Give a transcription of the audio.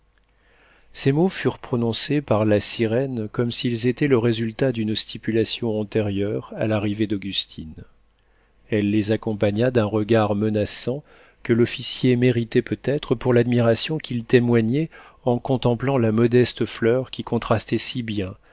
ces mots furent prononcés par la sirène comme s'ils étaient le résultat d'une stipulation antérieure à l'arrivée d'augustine elle les accompagna d'un regard menaçant que l'officier méritait peut-être pour l'admiration qu'il témoignait en contemplant la modeste fleur qui contrastait si bien